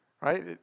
right